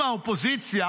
אם האופוזיציה,